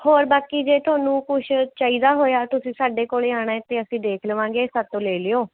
ਹੋਰ ਬਾਕੀ ਜੇ ਤੁਹਾਨੂੰ ਕੁਝ ਚਾਹੀਦਾ ਹੋਇਆ ਤੁਸੀਂ ਸਾਡੇ ਕੋਲੇ ਆਉਣਾ ਏ ਤਾਂ ਅਸੀਂ ਦੇਖ ਲਵਾਂਗੇ ਸਾਤੋਂ ਲੈ ਲਿਓ